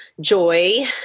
joy